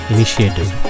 Initiative